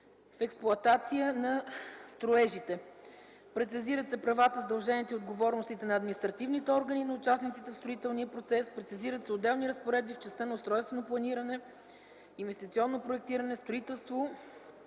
в експлоатация на строежите. Прецизират се правата, задълженията и отговорностите на административните органи и на участниците в строителния процес. Прецизират се отделни разпоредби в частта на устройственото планиране, инвестиционното проектиране, строителството,